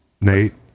Nate